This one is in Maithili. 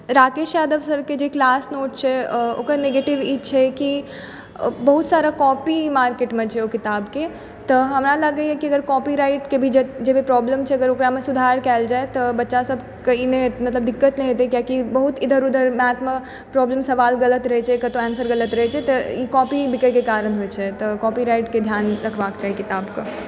राकेश यादव सरके जे क्लास नोट छै ओकर निगेटिव ई छै कि बहुत सारा कॉपी मार्केटमे छै ओ किताबकेँ तऽ हमरा लागैए की अगर कॉपीराइटके जे भी प्रॉब्लम छै अगर ओकरामे सुधार कयल जै तऽ बच्चासभकें ई नहि दिक्कत नहि होयत किआकि बहुत इधर उधर मैथमऽ प्रॉब्लम सवाल गलत रहै छै कतहु एन्सर गलत रहै छै तऽ ई कॉपी बिकयके कारण होइत छै तऽ कॉपीराइटके ध्यान रखबाक चाही किताबक